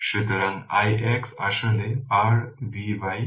সুতরাং ix আসলে r V 50